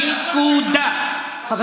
נקודה.